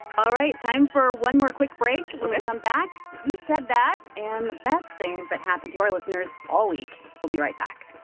all right. time for one more quick break. when we come back, who said that? and the best things that happened to our listeners all week. we'll be right back